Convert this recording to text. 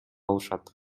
алышат